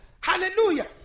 Hallelujah